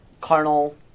carnal